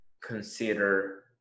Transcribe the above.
consider